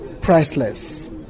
priceless